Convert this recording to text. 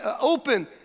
open